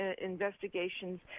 investigations